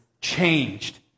changed